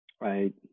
Right